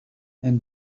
and